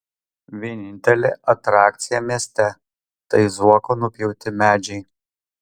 vienintelė atrakcija mieste tai zuoko nupjauti medžiai